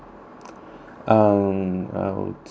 um I would say